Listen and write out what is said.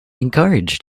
encouraged